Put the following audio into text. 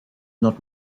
not